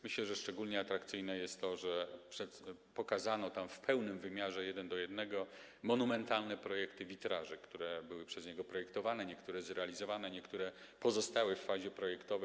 Myślę, że szczególnie atrakcyjne jest to, że pokazano tam w pełnym wymiarze jeden do jednego monumentalne projekty witraży, które były przez niego projektowane - niektóre były zrealizowane, niektóre pozostały w fazie projektowej.